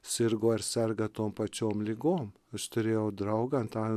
sirgo ar serga tom pačiom ligom aš turėjau draugą antaną